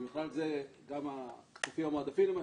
ובכלל זה גם הכספים המועדפים למשל,